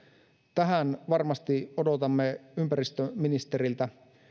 tähän varmasti odotamme ympäristöministeriltä